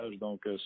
Donc